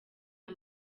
aya